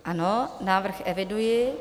Ano, návrh eviduji.